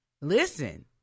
listen